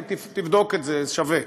תבדוק את זה, שווה.